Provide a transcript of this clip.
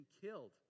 killed